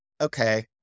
okay